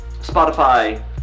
Spotify